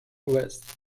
vest